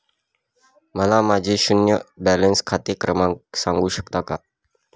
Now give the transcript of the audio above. मला माझे शून्य बॅलन्स खाते क्रमांक सांगू शकता का?